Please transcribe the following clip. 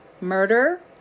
Murder